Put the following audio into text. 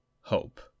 Hope